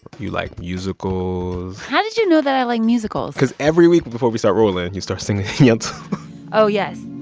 you like musicals how did you know that i like musicals? because every week before we start rolling, and you start singing yentl oh, yes